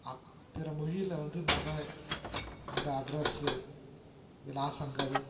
அப் பிற மொழியில் வந்து நம்ம அந்த அட்ரஸு விலாசங்கள்